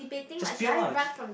just spill ah just